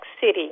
City